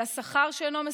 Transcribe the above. על השכר שאינו מספק?